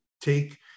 take